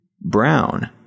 Brown